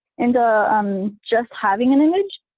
and ah um just having an image,